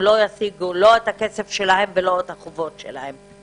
לא ישיגו לא את הכסף שלהם ולא את החובות שלהם.